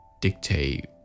dictate